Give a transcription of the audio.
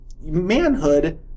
manhood